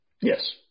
Yes